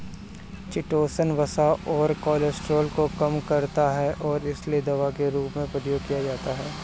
chitosan वसा और cholesterol को कम करता है और इसीलिए दवा के रूप में प्रयोग किया जाता है